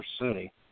City